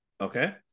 Okay